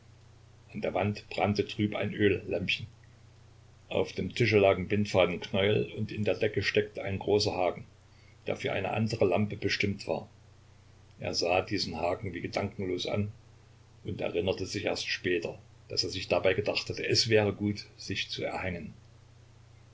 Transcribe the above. an der wand brannte trüb ein öllämpchen auf dem tische lagen bindfadenknäuel und in der decke steckte ein großer haken der für eine andere lampe bestimmt war er sah diesen haken wie gedankenlos an und erinnerte sich erst später daß er sich dabei gedacht hatte es wäre gut sich zu erhängen